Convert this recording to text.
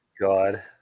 God